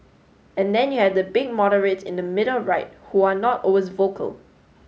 and then you have the big moderates in the middle right who are not always vocal